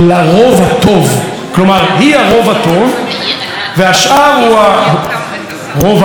כלומר היא הרוב הטוב והשאר הוא הרוב הרע או המיעוט הרע.